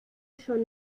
schon